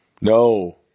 No